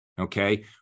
okay